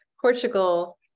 Portugal